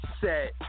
set